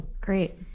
great